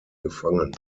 gefangen